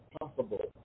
possible